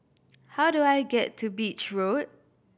how do I get to Beach Road